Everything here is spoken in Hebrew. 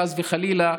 חס וחלילה,